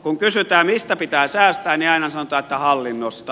kun kysytään mistä pitää säästää niin aina sanotaan että hallinnosta